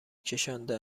کشانده